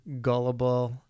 gullible